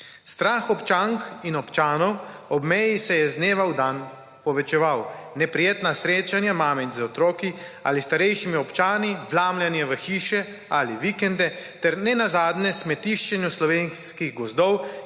Strah občank in občanov ob meji se je iz dneva v dan povečeval. Neprijetna srečanja mame z otroki ali starejšimi občani, vlamljanje v hiše ali vikende ter nenazadnje smetiščenje slovenskih gozdov,